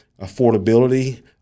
affordability